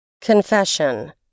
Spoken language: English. Confession